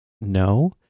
No